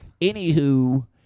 Anywho